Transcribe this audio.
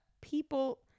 people